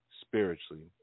spiritually